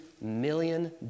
million